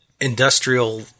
industrial